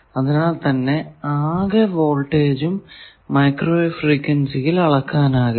അതിനാൽ തന്നെ ആകെ വോൾട്ടേജും മൈക്രോവേവ് ഫ്രീക്വൻസിയിൽ അളക്കാനാകില്ല